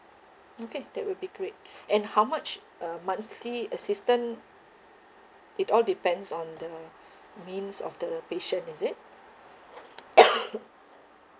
okay that will be great and how much uh monthly assistance it all depends on the means of the patient is it